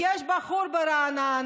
יש בחור ברעננה,